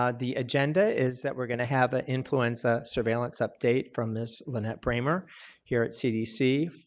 ah the agenda is that we're going to have an influenza surveillance update from miss lynnette brammer here at cdc.